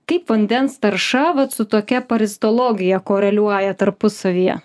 kaip vandens tarša vat su tokia parazitologija koreliuoja tarpusavyje